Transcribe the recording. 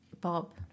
Bob